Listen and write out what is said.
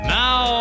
now